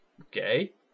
Okay